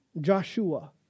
Joshua